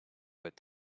but